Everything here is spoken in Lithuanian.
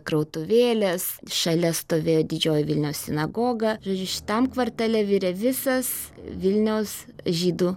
krautuvėlės šalia stovėjo didžioji vilniaus sinagoga ir šitam kvartale virė visas vilniaus žydų